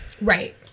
right